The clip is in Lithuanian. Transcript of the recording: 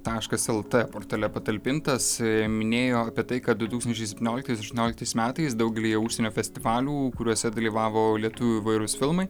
taškas lt portale patalpintas minėjo apie tai kad du tūkstančiai septynioliktais aštuonioliktais metais daugelyje užsienio festivalių kuriuose dalyvavo lietuvių įvairūs filmai